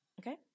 okay